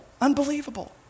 unbelievable